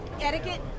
etiquette